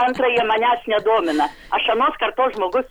antra jie manęs nedomina aš anos kartos žmogus